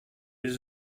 les